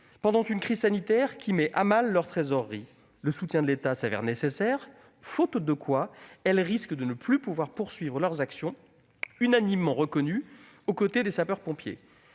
pendant une crise sanitaire qui met à mal leur trésorerie. Le soutien de l'État se révèle nécessaire, faute de quoi elles risquent de ne plus pouvoir poursuivre leurs actions, qui sont unanimement reconnues, aux côtés des sapeurs-pompiers.